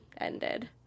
ended